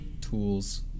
Tools